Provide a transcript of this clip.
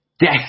Death